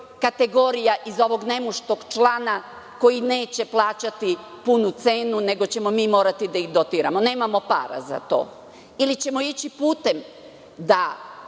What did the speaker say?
kategorija iz ovog nemuštog člana koji neće plaćati punu cenu, nego ćemo mi morati da ih dotiramo? Nemamo para za to. Ili ćemo ići putem da